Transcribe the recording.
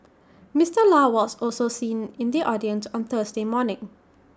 Mister law was also seen in the audience on Thursday morning